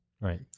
Right